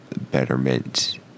betterment